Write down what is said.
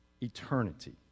eternity